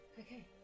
Okay